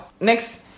Next